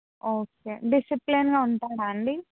okay డిసిప్లిన్గా ఉంటాడా అండి